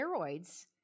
steroids